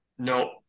No